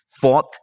Fourth